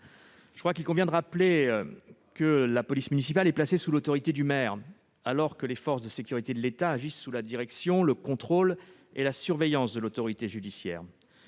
de service. Il convient de rappeler que la police municipale est placée sous l'autorité du maire, alors que les forces de sécurité de l'État agissent sous la direction, le contrôle et la surveillance de l'autorité judiciaire.